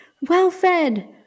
well-fed